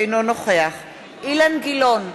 אינו נוכח אילן גילאון,